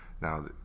Now